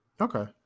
okay